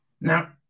Now